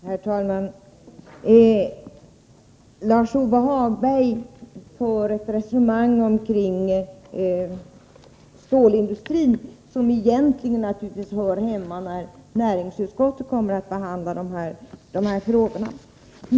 Herr talman! Lars-Ove Hagberg för ett resonemang omkring stålindustrin som naturligtvis egentligen hör hemma i näringsutskottets behandling av dessa frågor.